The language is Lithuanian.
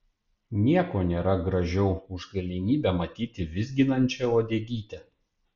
nieko nėra gražiau už galimybę matyti vizginančią uodegytę